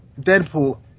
Deadpool